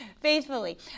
faithfully